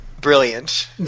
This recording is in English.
Brilliant